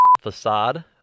facade